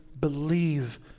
believe